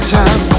time